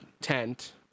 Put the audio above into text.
tent